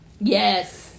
Yes